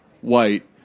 white